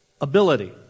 ability